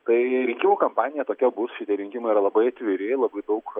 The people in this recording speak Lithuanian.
tai rinkimų kampanija tokia bus šitie rinkimai yra labai atviri labai daug